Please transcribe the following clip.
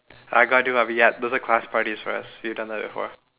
I got do what we had little class parties be at you done that before